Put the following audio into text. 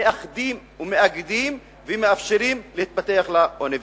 מאחדים ומאפשרים להתפתח לאוניברסיטה.